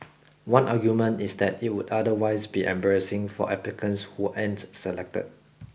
one argument is that it would otherwise be embarrassing for applicants who aren't selected